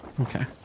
Okay